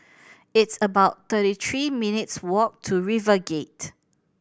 it's about thirty three minutes' walk to RiverGate